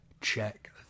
check